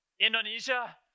Indonesia